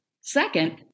Second